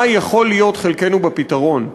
מה יכול להיות חלקנו בפתרון?